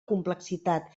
complexitat